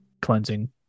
cleansing